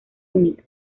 única